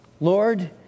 Lord